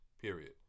Period